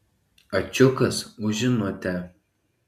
ačiukas už žinutę